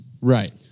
Right